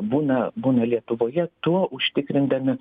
būna būna lietuvoje tuo užtikrindami